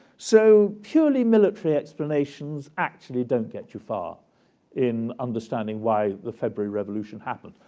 so purely military explanations actually don't get you far in understanding why the february revolution happened,